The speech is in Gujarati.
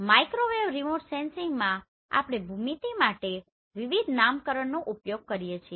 માઇક્રોવેવ રિમોટ સેન્સિંગમાં આપણે ભૂમિતિ માટે વિવિધ નામકરણનો ઉપયોગ કરીએ છીએ